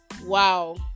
Wow